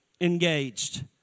engaged